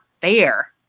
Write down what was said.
fair